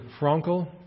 Frankel